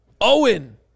Owen